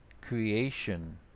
creation